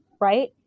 right